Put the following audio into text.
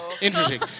Interesting